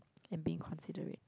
and being considerate